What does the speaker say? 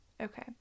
okay